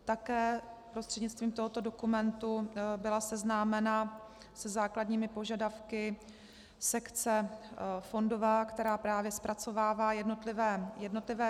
Také prostřednictvím tohoto dokumentu byla seznámena se základními požadavky sekce fondová, která právě zpracovává jednotlivé výzvy.